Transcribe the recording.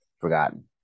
forgotten